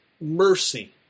mercy